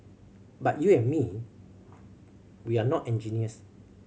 but you and me we're not engineers